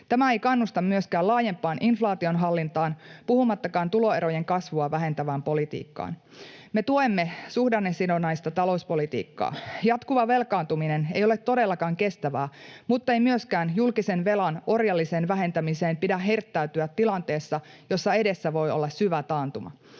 Tämä ei kannusta myöskään laajempaan inflaation hallintaan, puhumattakaan tuloerojen kasvua vähentävästä politiikasta. Me tuemme suhdannesidonnaista talouspolitiikkaa. Jatkuva velkaantuminen ei ole todellakaan kestävää, muttei myöskään julkisen velan orjalliseen vähentämiseen pidä hirttäytyä tilanteessa, jossa edessä voi olla syvä taantuma.